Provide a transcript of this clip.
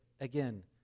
again